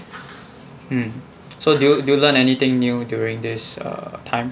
mmhmm so did you you learn anything new during this err time